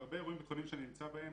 בהרבה אירועים ביטחוניים שאני נמצא בהם